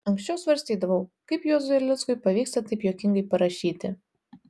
anksčiau svarstydavau kaip juozui erlickui pavyksta taip juokingai parašyti